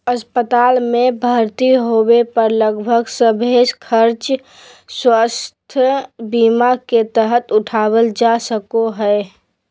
अस्पताल मे भर्ती होबे पर लगभग सभे खर्च स्वास्थ्य बीमा के तहत उठावल जा सको हय